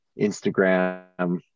instagram